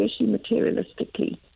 materialistically